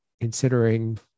considering